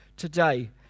today